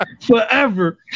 Forever